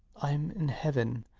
i'm in heaven,